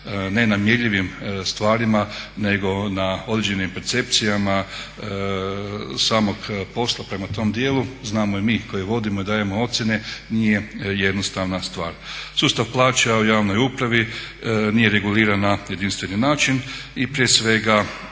ne na mjerljivim stvarima nego na određenim percepcijama samog posla prema tom dijelu znamo i mi koji vodimo i dajemo ocjene nije jednostavna stvar. Sustav plaća u javnoj upravi nije reguliran na jedinstveni način i prije svega